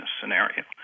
scenario